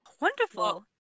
Wonderful